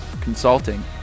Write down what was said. consulting